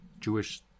Jewish